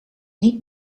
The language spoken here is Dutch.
niet